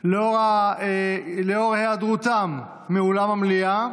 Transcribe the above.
לאור היעדרותם מאולם המליאה,